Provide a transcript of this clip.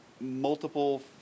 multiple